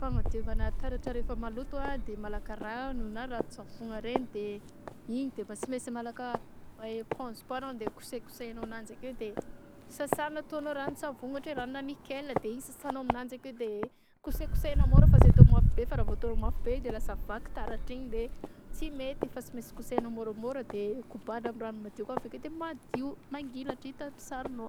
Fagnadiovana taratra rehefa maloto a de malaka rano na ranontsavogna regny de igny de mba sy mainsy malaka epônzy kô anao andeha kosekoseanao ananjy akeo de sasana ataonao ranonsavony ôhatra ranona nickel de igny sasanao aminanjy akeo de kosekosehana môra fa tsy atao mafy be fa raha vao ataonao mafy io de lasa vaky taratra igny de tsy mety fa sy mainsy kosehanao môramôra de kôbanina amy rano madio kô avekeo madio mangilatra hita aby sarinô.